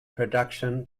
production